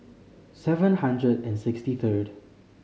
seven hundred and sixty third